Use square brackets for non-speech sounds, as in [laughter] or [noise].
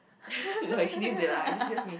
[breath] no it's just me